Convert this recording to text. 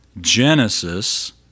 Genesis